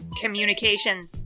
communication